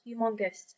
humongous